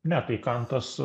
ne tai kantas